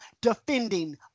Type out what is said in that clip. defending